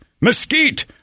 mesquite